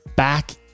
Back